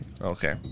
Okay